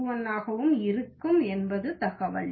21 ஆகவும் இருக்கும் என்பது தகவல்